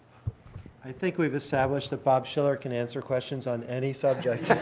i think we've established that bob shiller can answer questions on any subject.